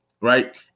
right